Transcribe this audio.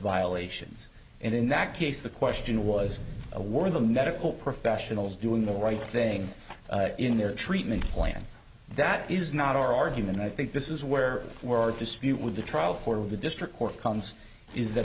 violations and in that case the question was awarded the medical professionals doing the right thing in their treatment plan that is not our argument i think this is where were a dispute with the trial court of the district court comes is that